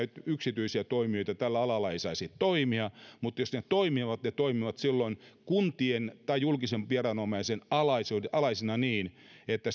yksityisiä toimijoita tällä alalla ei saisi toimia mutta jos ne toimivat ne toimivat silloin kuntien tai julkisen viranomaisen alaisena niin että